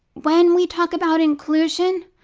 when we talk about inclusion,